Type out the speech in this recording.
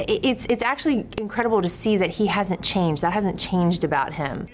it's actually incredible to see that he hasn't changed that hasn't changed about him